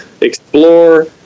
explore